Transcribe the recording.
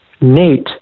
Nate